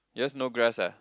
yours no grass ah